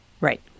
Right